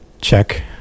check